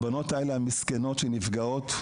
הבנות האלה המסכנות שנפגעות,